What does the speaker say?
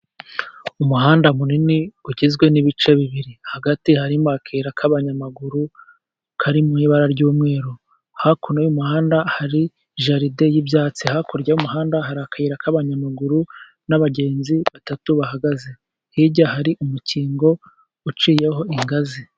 Umuhanda munini ugizwe n'ibice bibiri. Hagati harimo akayira k'abanyamaguru kari mu ibara ry'umweru. Hakuno y'umuhanda hari jaride y'ibyatsi. Hakurya y'umuhanda hari akayira k'abanyamaguru, n'abagenzi batatu bahagaze. Hirya hari umukingo uciyeho ingazi.